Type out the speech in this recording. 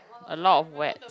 a lot of wax